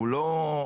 הוא לא,